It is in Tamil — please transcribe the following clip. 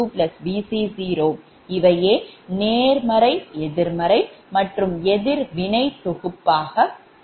VcVc1Vc2Vc0 இவையே நேர்மறை எதிர்மறை மற்றும் எதிர்வினை தொகுப்பு ஆகும்